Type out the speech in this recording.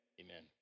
Amen